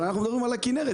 אבל אנחנו מדברים על הכנרת,